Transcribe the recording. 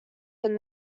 had